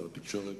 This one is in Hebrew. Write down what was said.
שר התקשורת